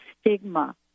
stigma